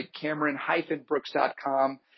Cameron-Brooks.com